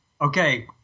Okay